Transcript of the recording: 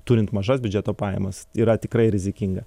turint mažas biudžeto pajamas yra tikrai rizikinga